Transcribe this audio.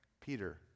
Peter